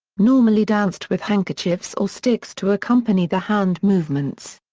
normally danced with handkerchiefs or sticks to accompany the hand movements.